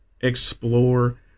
explore